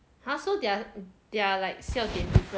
!huh! so they're they're like 笑点 different